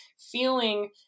feeling